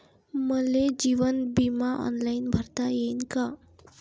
मले जीवन बिमा ऑनलाईन भरता येईन का?